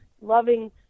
loving